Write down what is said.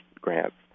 grants